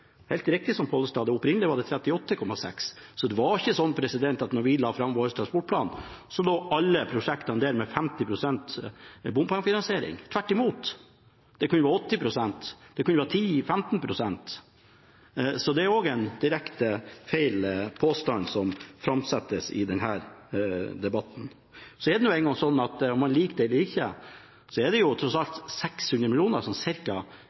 helt riktig som Pollestad sa: Opprinnelig var det 38,6 pst. Det var ikke slik at da vi la fram vår transportplan, lå alle prosjektene der med 50 pst. bompengefinansiering – tvert imot. Det kunne være 80 pst., det kunne være 10–15 pst. Så det er også en direkte gal påstand som framsettes i denne debatten. Så er det nå engang slik, om man liker det eller ikke, at det tross alt er ca. 600 mill. kr mer i bompenger på denne delstrekningen enn det som